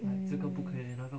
mm